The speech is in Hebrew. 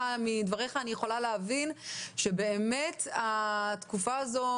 מדבריך אני יכולה להבין שהתקופה הזאת